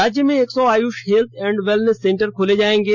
राज्य में एक सौ Ayush health and wellness centre खोले जाएंगे